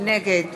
נגד